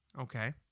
Okay